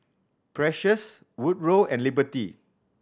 Precious Woodrow and Liberty